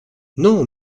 non